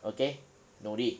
okay 努力